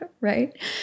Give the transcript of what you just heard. right